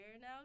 now